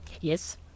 yes